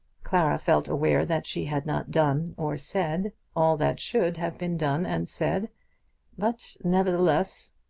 clara felt aware that she had not done or said all that should have been done and said but, nevertheless,